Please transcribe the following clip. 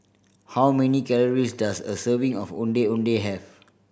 how many calories does a serving of Ondeh Ondeh have